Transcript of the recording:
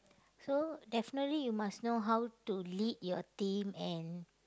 so definitely you must know how to lead your team and